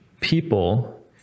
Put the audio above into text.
people